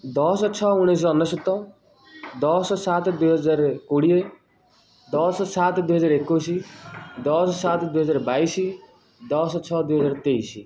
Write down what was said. ଦଶ ଛଅ ଉଣେଇଶହ ଅନେଶ୍ୱତ ଦଶ ସାତ ଦୁଇ ହଜାର କୋଡ଼ିଏ ଦଶ ସାତ ଦୁଇ ହଜାର ଏକୋଇଶ ଦଶ ସାତ ଦୁଇ ହଜାର ବାଇଶ ଦଶ ଛଅ ଦୁଇ ହଜାର ତେଇଶ